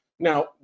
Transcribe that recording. Now